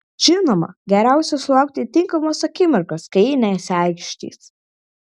žinoma geriausia sulaukti tinkamos akimirkos kai ji nesiaikštys